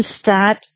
start